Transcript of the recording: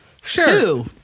Sure